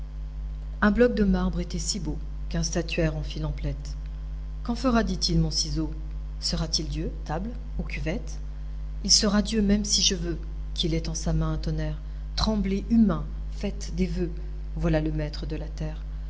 un bloc de marbre était si beau qu'un statuaire en fit l'emplette qu'en fera dit-il mon ciseau sera-t-il dieu table ou cuvette il sera dieu même je veux qu'il ait en sa main un tonnerre tremblez humains faites des vœux voilà le maître de la terre